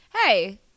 Hey